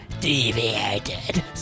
Deviated